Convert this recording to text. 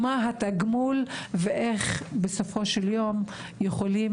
מה התגמול ואיך בסופו של יום יכולים